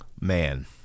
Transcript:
Man